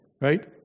Right